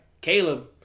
caleb